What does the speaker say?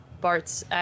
bart's